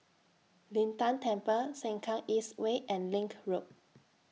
Lin Tan Temple Sengkang East Way and LINK Road